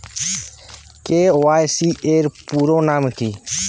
KYC এর পুরোনাম কী?